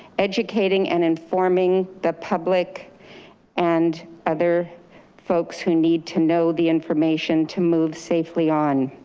educating and informing the public and other folks who need to know the information to move safely on.